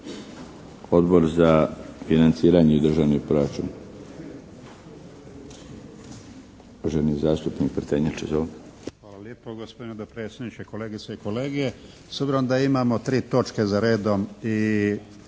Odbor za financiranje i državni proračun.